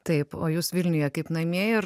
taip o jūs vilniuje kaip namie ir